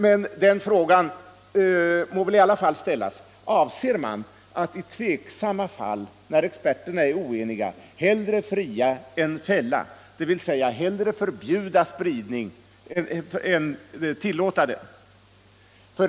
Men frågan må i alla fall ställas: Avser man att i tveksamma fall, när experterna är oeniga, hellre fria än fälla, dvs. hellre förbjuda besprutning än tillåta den?